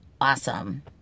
awesome